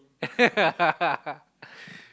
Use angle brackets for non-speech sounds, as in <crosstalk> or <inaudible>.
<laughs>